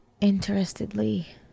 ...interestedly